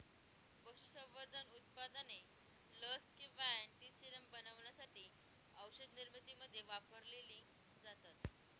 पशुसंवर्धन उत्पादने लस किंवा अँटीसेरम बनवण्यासाठी औषधनिर्मितीमध्ये वापरलेली जातात